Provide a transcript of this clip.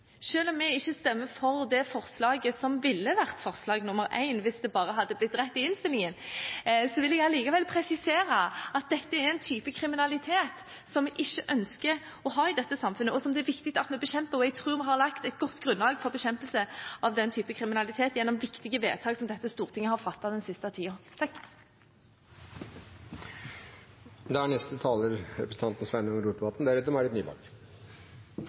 stemmer for det forslaget som ville vært forslag nr. 1 hvis det hadde blitt rett i innstillingen, vil jeg allikevel presisere at dette er en type kriminalitet som vi ikke ønsker å ha i dette samfunnet, og som det er viktig at vi bekjemper. Jeg tror vi har lagt et godt grunnlag for bekjempelse av denne typen kriminalitet gjennom viktige vedtak som dette storting har fattet den seneste tiden. Eg teikna meg til ein kort kommentar til innlegget frå representanten